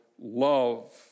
love